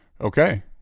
Okay